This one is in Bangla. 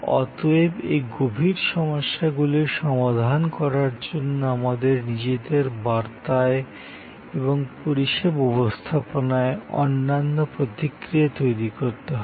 অতএব এই গভীর সমস্যাগুলির সমাধান করার জন্য আমাদের নিজেদের বার্তায় এবং পরিষেবা উপস্থাপনায় অন্যান্য প্রতিক্রিয়া তৈরি করতে হবে